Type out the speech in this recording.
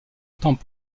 temps